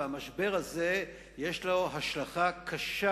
והמשבר הזה יש לו השלכה קשה.